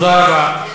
תודה רבה.